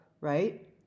right